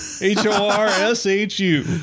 H-O-R-S-H-U